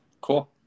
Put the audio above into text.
Cool